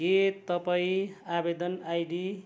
के तपाईँ आवेदन आइडी